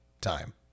time